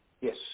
Yes